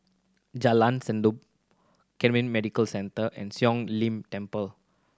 Jalan Sendudok Camden Medical Centre and Siong Lim Temple